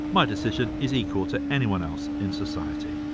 my decision is equal to anyone else in society.